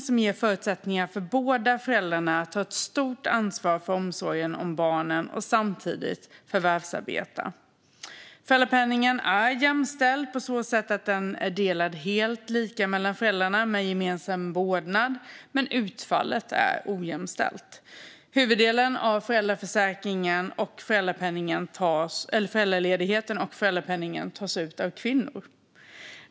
Den ger förutsättningar för båda föräldrarna att ta stort ansvar för omsorgen om barnen och samtidigt förvärvsarbeta. Föräldrapenningen är jämställd på så sätt att den är delad helt lika mellan föräldrar med gemensam vårdnad, men utfallet är ojämställt - huvuddelen av föräldraledigheten och föräldrapenningen tas ut av kvinnor.